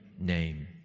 name